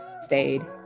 stayed